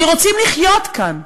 כי רוצים לחיות כאן,